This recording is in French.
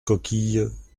coquilles